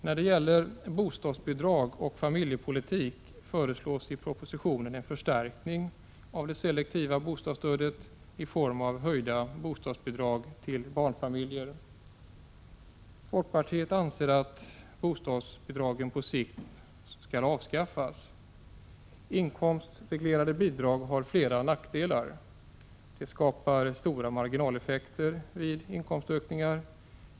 När det gäller bostadsbidrag och familjepolitik föreslås i propositionen en förstärkning av det selektiva bostadsstödet i form av höjda bostadsbidrag till barnfamiljer. Folkpartiet anser att bostadsbidragen på sikt skall avskaffas. Inkomstreglerade bidrag har flera nackdelar. De skapar stora marginalef fekter vid inkomstökningar.